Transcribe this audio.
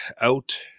out